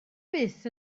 byth